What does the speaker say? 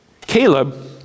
Caleb